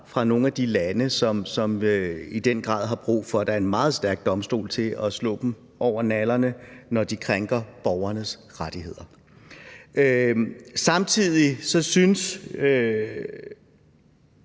fra nogle af de lande, som i den grad har brug for, at der er en meget stærk domstol til at slå dem over nallerne, når de krænker borgernes rettigheder. Samtidig synes